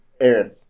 Aaron